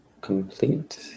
complete